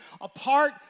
apart